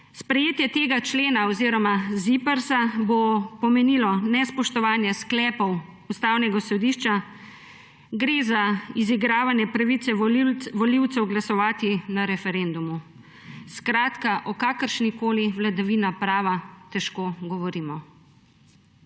Sprejetje tega člena oziroma ZIPRS-a, bo pomenilo nespoštovanje sklepov Ustavnega sodišča. Gre za izigravanje pravice volivcev glasovati na referendumu. Skratka, o kakršnikoli vladavini prava težko govorimo.